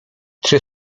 czy